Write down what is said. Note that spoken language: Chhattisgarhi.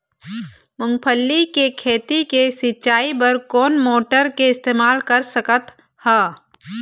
मूंगफली के खेती के सिचाई बर कोन मोटर के इस्तेमाल कर सकत ह?